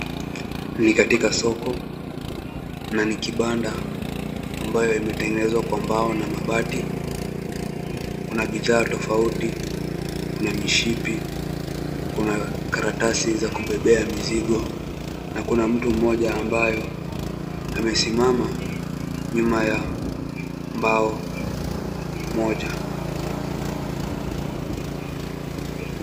Ni katika soko na ni kibanda ambayo imetengenezwa kwa mbao na mabati. Kuna bidhaa tofauti na mishipi, kuna karatasi za kubebea mizigo na kuna mtu mmoja ambaye amesimama nyuma ya mbao moja.